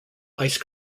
ice